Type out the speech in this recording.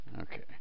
Okay